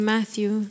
Matthew